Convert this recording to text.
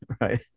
right